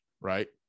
right